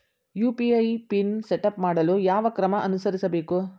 UPI pin setup ಮಾಡಲು ಯಾವ ಕ್ರಮ ಅನುಸರಿಸಬೇಕು?